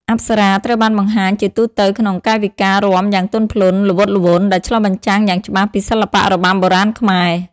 អប្សរា ត្រូវបានបង្ហាញជាទូទៅក្នុង កាយវិការរាំយ៉ាងទន់ភ្លន់ ល្វត់ល្វន់ ដែលឆ្លុះបញ្ចាំងយ៉ាងច្បាស់ពីសិល្បៈរបាំបុរាណខ្មែរ។